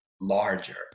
larger